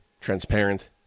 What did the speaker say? Transparent